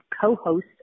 co-host